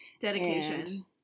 Dedication